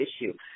issue